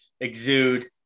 exude